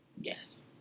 Yes